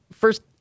first